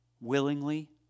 willingly